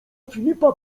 filipa